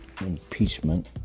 impeachment